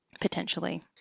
potentially